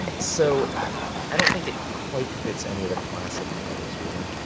so i don't think it quite fits any of the classic narratives really.